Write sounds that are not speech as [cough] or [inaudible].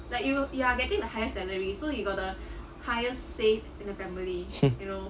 [breath]